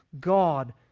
God